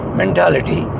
mentality